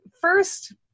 first